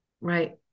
Right